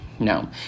No